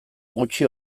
gutxi